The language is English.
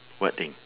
what thing